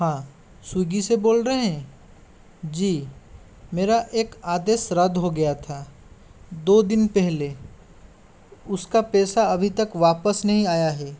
हाँ स्विग्गी से बोल रहे हैं जी मेरा एक आदेश रद्द हो गया था दो दिन पहले उसका पैसा अभी तक वापस नहीं आया है